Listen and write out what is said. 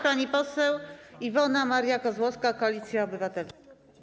Pani poseł Iwona Maria Kozłowska, Koalicja Obywatelska.